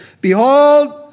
Behold